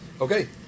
Okay